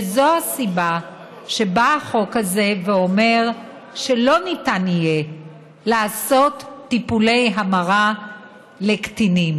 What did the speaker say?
וזו הסיבה שבא החוק הזה ואומר שלא ניתן יהיה לעשות טיפולי המרה לקטינים.